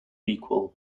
equal